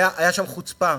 הייתה שם חוצפה,